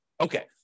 Okay